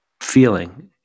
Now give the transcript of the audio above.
feeling